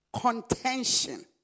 contention